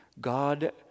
God